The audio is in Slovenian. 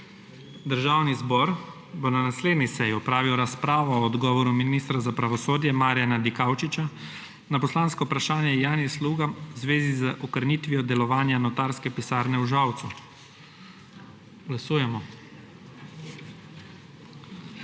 Državni zbor bo na naslednji seji opravil razpravo o odgovoru ministra za pravosodje Marjana Dikaučiča na poslansko vprašanje Janje Sluga v zvezi z okrnitvijo delovanja notarske pisarne v Žalcu. Glasujemo.